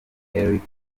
erica